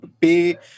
pay